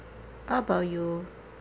what about you